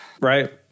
Right